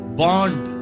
bond